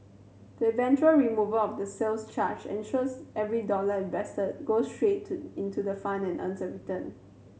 the eventual removal of the sales charge ensures every dollar invested goes straight to into the fund and earns return